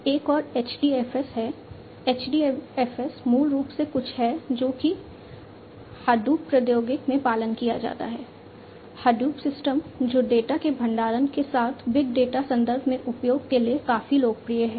एक और HDFS है HDFS मूल रूप से कुछ है जो कि हडूप प्रौद्योगिकी में पालन किया जाता है हडूप सिस्टम जो डेटा के भंडारण के साथ बिग डेटा संदर्भ में उपयोग के लिए काफी लोकप्रिय है